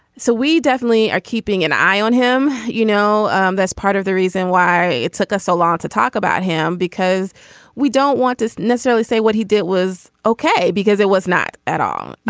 so we definitely are keeping an eye on him. you know um that's part of the reason why it took us a lot to talk about him because we don't want to necessarily say what he did was ok because it was not at all.